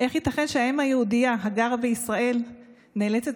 ומתפעלים מכמות החברות האיכותיות שהעם היהודי היושב בישראל מייצר,